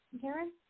Karen